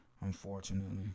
unfortunately